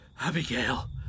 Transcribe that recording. Abigail